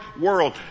world